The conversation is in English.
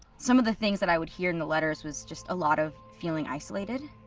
some of the things that i would hear in the letters was just a lot of feeling isolated